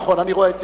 נכון, אני רואה.